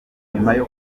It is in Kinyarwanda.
kwitabira